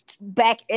back